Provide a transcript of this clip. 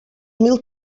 mil